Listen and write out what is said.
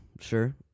sure